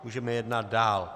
Můžeme jednat dále.